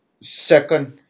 second